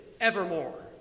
evermore